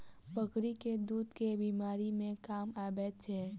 बकरी केँ दुध केँ बीमारी मे काम आबै छै?